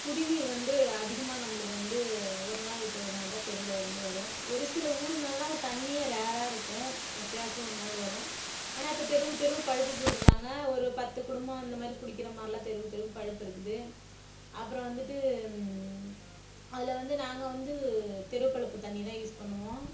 குடிநீர் வந்து அதிகமாக நம்மளுக்கு வந்து ஒருநாள் விட்டு ஒருநாள் தான் தெருவில் வந்து வரும் ஒரு சில ஊருங்களெலாம் தண்ணியே ரேராக இருக்கும் எப்போயாச்சும் ஒருநாள் வரும் ஆனால் இப்போ தெருவுக்கு தெரு பழுப்பு போட்டுருக்காங்க ஒரு பத்து குடும்பம் அந்த மாதிரி பிடிக்கிற மாதிரிலாம் தெருவுக்கு தெருவுக்கு பழுப்பு இருக்குது அப்புறம் வந்துட்டு அதில் வந்து நாங்கள் வந்து தெருப்பழுப்பு தண்ணியேதான் யூஸ் பண்ணுவோம்